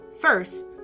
First